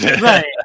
Right